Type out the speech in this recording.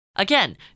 Again